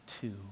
two